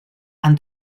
han